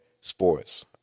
sports